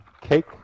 cake